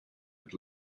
had